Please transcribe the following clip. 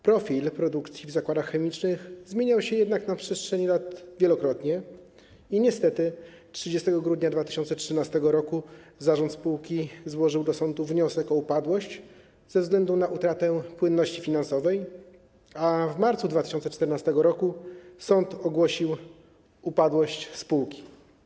Profil produkcji w zakładach chemicznych zmieniał się jednak na przestrzeni lat wielokrotnie i niestety 30 grudnia 2013 r. zarząd spółki złożył do sądu wniosek o upadłość ze względu na utratę płynności finansowej, a w marcu 2014 r. sąd ogłosił upadłość spółki.